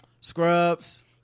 Scrubs